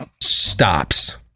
stops